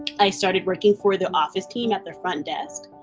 i started working for the office team at their front desk.